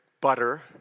butter